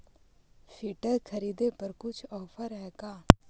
Filter खरिदे पर कुछ औफर है का?